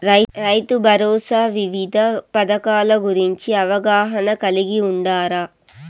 రైతుభరోసా వివిధ పథకాల గురించి అవగాహన కలిగి వుండారా?